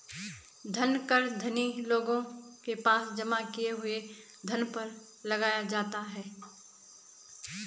धन कर धनी लोगों के पास जमा किए हुए धन पर लगाया जाता है